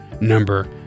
number